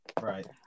Right